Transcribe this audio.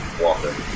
Walker